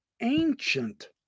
ancient